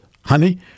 honey